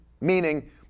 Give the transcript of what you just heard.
meaning